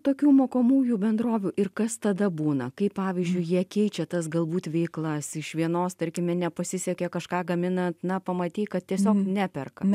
tokių mokomųjų bendrovių ir kas tada būna kai pavyzdžiui jie keičia tas galbūt veiklas iš vienos tarkime nepasisekė kažką gamina na pamatei kad tiesiog neperka